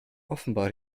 offenbar